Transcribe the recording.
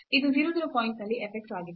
ಇದು 0 0 ಪಾಯಿಂಟ್ನಲ್ಲಿ f x ಆಗಿತ್ತು